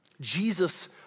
Jesus